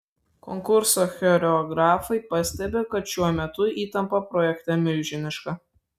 konkurso choreografai pastebi kad šiuo metu įtampa projekte milžiniška